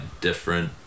different